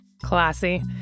Classy